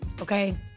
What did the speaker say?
okay